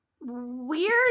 weird